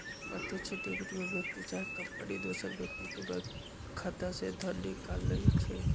प्रत्यक्ष डेबिट में व्यक्ति चाहे कंपनी दोसर व्यक्ति के बैंक खता से धन निकालइ छै